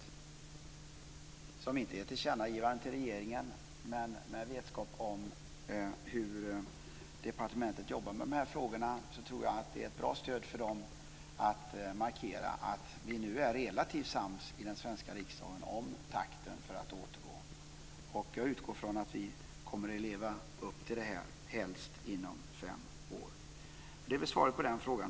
Det är inget tillkännagivande till regeringen, men med vetskap om hur departementet jobbar med de här frågorna tror jag att det är ett bra stöd och en bra markering av att vi nu är relativt sams i den svenska riksdagen om takten för återgången. Jag utgår från att vi kommer att leva upp till det här, helst inom fem år. Det blir svaret på den frågan.